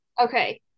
Okay